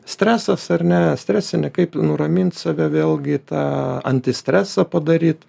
stresas ar ne stresinį kaip nuramint save vėlgi tą antistresą padaryt